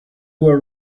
were